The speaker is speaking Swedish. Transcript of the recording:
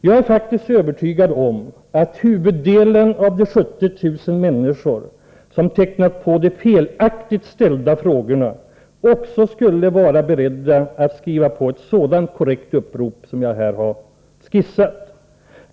Jag är faktiskt övertygad om att huvuddelen av de 70 000 människor som tecknat på de felaktigt ställda frågorna också skulle vara beredda att skriva på ett sådant korrekt upprop som jag här har skisserat.